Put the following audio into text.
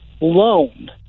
loan